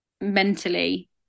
mentally